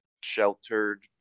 sheltered